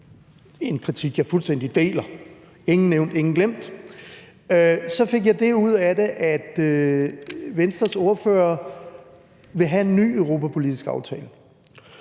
en kritik, som jeg fuldstændig deler, ingen nævnt, ingen glemt, så fik jeg det ud af det, at Venstres ordfører vil have en ny europapolitisk aftale.